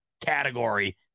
category